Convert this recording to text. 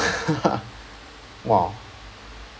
!wow!